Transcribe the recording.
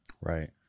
Right